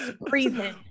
Breathing